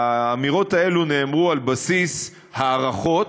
האמירות האלה נאמרו על בסיס הערכות,